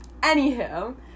anywho